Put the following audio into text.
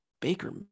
Baker